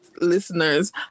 listeners